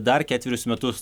dar ketverius metus